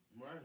Right